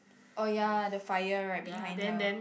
oh ya the fire right behind her